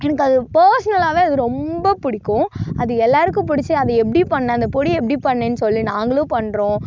எனக்கு அது ஃபர்சனலாகவே அது ரொம்ப பிடிக்கும் அது எல்லாருக்கும் பிடிச்சு அது எப்படி பண்ண அந்த பொடி எப்படி பண்ணேன் சொல்லு நாங்களும் பண்ணுறோம்